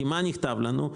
מה נכתב לנו?